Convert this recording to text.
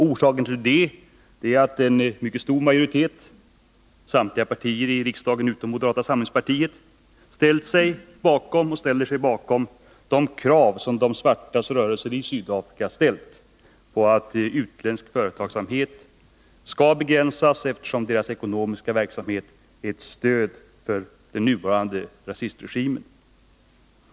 Orsaken till det är att en mycket stor majoritet — samtliga partier i riksdagen utom moderata samlingspartiet — ställt sig och ställer sig bakom de krav som de svartas rörelser i Sydafrika uttalat på att utländsk företagsamhet skall begränsas, eftersom företagens ekonomiska verksamhet är ett stöd för den nuvarande rasistregimen.